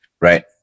Right